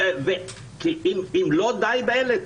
אם לא די באלה,